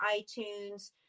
iTunes